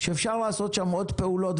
הוצאות שיפוץ